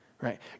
right